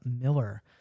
Miller